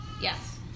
Yes